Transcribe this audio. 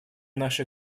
наши